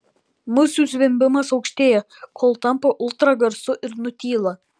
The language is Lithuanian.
musių zvimbimas aukštėja kol tampa ultragarsu ir nutyla